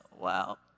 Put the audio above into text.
Wow